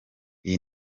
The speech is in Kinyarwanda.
iyi